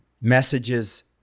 messages